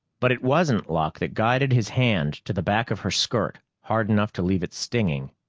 but it wasn't luck that guided his hand to the back of her skirt hard enough to leave it stinging.